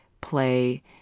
play